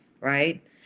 right